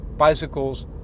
bicycles